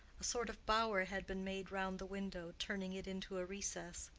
a sort of bower had been made round the window, turning it into a recess.